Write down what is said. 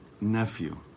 nephew